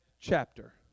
chapter